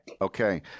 Okay